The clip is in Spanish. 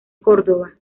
córdoba